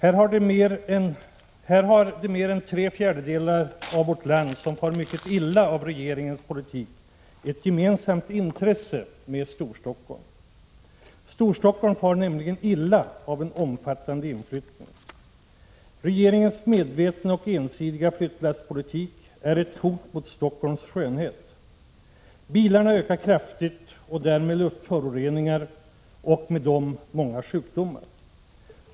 Här har de mer än tre fjärdedelar av vårt land som far mycket illa av regeringens politik ett gemensamt intresse med t.ex. Storstockholm. Storstockholm far nämligen illa av en omfattande inflyttning. Regeringens medvetna och ensidiga flyttlasspolitik är ett hot mot Stockholms skönhet. Antalet bilar ökar kraftigt och därmed luftföroreningarna, och med dem många sjukdomar.